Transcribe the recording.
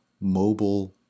mobile